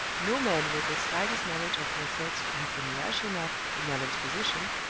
no man with the slightest knowledge of the sex would have been rash enough, in allan's position,